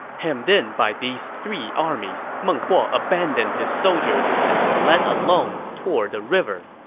hemmed in by these three armies, meng huo abandoned his soldiers and fled alone toward the river.